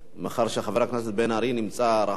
מאחר שחבר הכנסת בן-ארי נמצא רחוק,